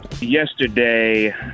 yesterday